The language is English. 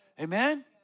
Amen